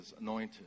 anointed